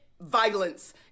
violence